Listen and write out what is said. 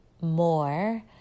more